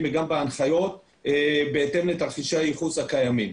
וגם בהנחיות בהתאם לתרחישי הייחוס הקיימים.